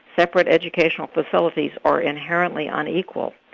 separate educational facilities are inherently unequal.